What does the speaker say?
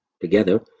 Together